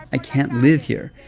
i can't live here.